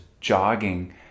jogging